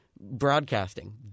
broadcasting